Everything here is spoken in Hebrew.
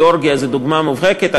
גאורגיה היא דוגמה מובהקת.